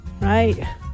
Right